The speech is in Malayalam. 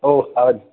ഓഹ് അതു എന്താണ്